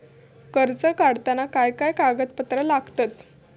कर्ज काढताना काय काय कागदपत्रा लागतत?